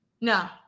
No